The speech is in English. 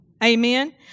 Amen